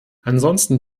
ansonsten